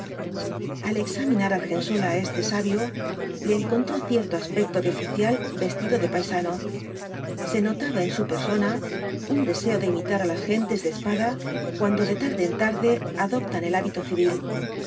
al examinar argensola á este sabio le encontró cierto aspecto de oficial vestido de paisano se notaba en su persona un deseo de imitar á las gentes de espada cuando de tarde en tarde adoptan el hábito civil